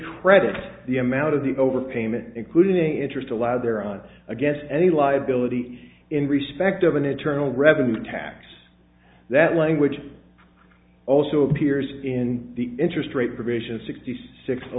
credit the amount of the overpayment including interest allowed there on against any liability in respect of an internal revenue tax that language also appears in the interest rate probation sixty six